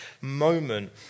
moment